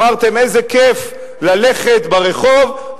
אמרתם: איזה כיף ללכת ברחוב,